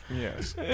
Yes